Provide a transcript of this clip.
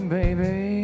baby